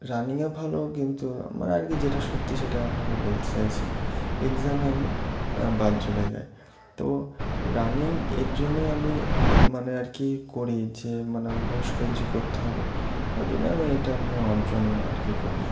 রানিংয়ে ভালো কিন্তু মানে আর কি যেটা সত্যি সেটাই আপনাকে বলতে চাইছি এগজ্যামে আমি বাদ চলে যাই তো রানিং এর জন্যেই আমি মানে আর কি করি যে মানে আমি ভবিষ্যতে কিছু করতে হবে তার জন্যে আমি এটা আমি অর্জন আর কি করি